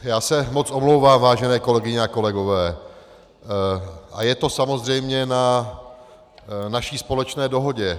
Já se moc omlouvám, vážené kolegyně a kolegové, a je to samozřejmě na naší společné dohodě.